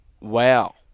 Wow